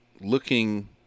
looking